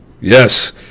Yes